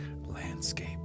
landscape